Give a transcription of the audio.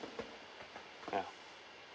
ya